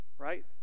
Right